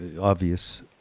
obvious